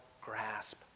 grasp